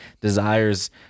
desires